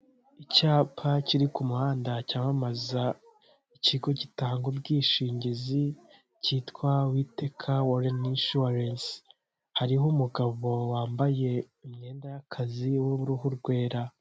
Icyapa kiri ku muhanda cyamamaza ikigo gitanga ubwishingizi, cyitwa w WHITTAKER-WARREN INSURANCE, hariho umugabo wambaye imyenda y'akazi w'uruhu rwera.